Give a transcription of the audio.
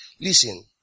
Listen